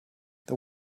this